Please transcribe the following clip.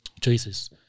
choices